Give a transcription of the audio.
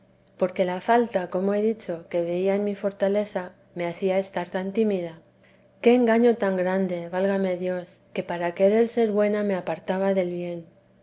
porque la falta como he dicho que veía en mi forlaleza me hacía estar tan tímida qué engaño tan grande vélame dios que para querer ser buena me apartaba del bien